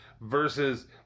versus